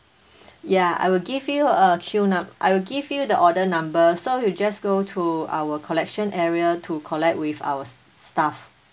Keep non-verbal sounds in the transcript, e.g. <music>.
<breath> ya I will give you a queue num~ I will give you the order number so you just go to our collection area to collect with our s~ staff